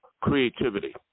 Creativity